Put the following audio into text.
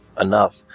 enough